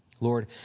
Lord